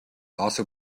also